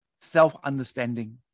self-understanding